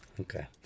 Okay